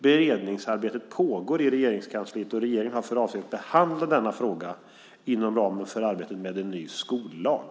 Beredningsarbetet pågår i Regeringskansliet, och regeringen har för avsikt att behandla denna fråga inom ramen för arbetet med en ny skollag.